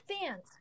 fans